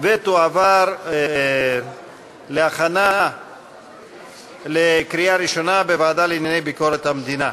ותועבר להכנה לקריאה ראשונה בוועדה לענייני ביקורת המדינה.